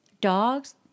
Dogs